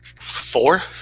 Four